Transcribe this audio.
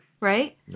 right